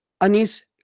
Anis